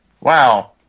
Wow